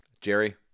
Jerry